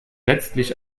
letztlich